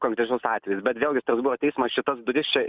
konkrečius atvejus bet vėlgi strasbūro teismas šitas duris čia